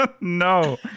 No